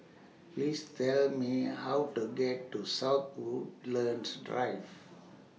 Please Tell Me How to get to South Woodlands Drive